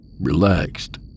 Relaxed